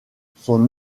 son